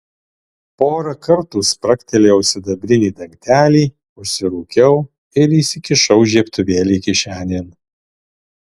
porą kartų spragtelėjau sidabrinį dangtelį užsirūkiau ir įsikišau žiebtuvėlį kišenėn